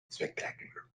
spectacular